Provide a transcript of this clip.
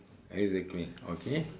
exactly okay